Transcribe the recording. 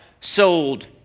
Sold